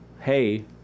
hey